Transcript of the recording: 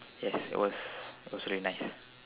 yes it was also really nice